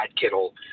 Kittle